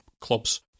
clubs